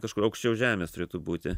kažkur aukščiau žemės turėtų būti